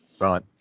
Right